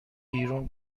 بیرون